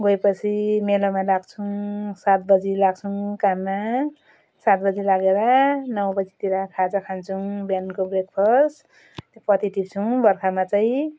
गएपछि मेलामा लाग्छौँ सात बजी लाग्छौँ काममा सात बजी लागेर नौ बजीतिर खाजा खान्छौँ बिहानको ब्रेकफास्ट त्यो पत्ती टिप्छौँ बर्खामा चाहिँ